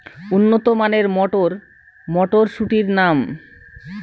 উন্নত মানের মটর মটরশুটির নাম?